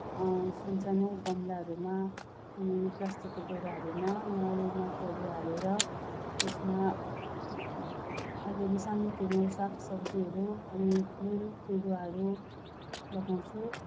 सानसानो गमलाहरूमा अनि प्लास्टिकको बोराहरूमा मल माटोहरू हालेर त्यसमा अलिअलि सानोतिनो साग सब्जीहरू अनि फुल बिरुवाहरू लगाउँछु